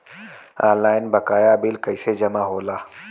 Online बकाया bill कैसे जमा होला?